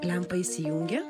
lempa įsijungia